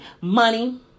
Money